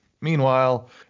Meanwhile